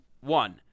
One